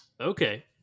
Okay